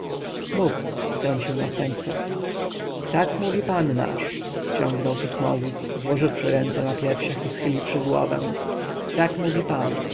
mów wtrącił następca tak mówił pan nasz ciągnął tutmozis złożywszy ręce na piersiach i schyliwszy głowę tak mówi pan